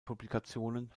publikationen